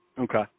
Okay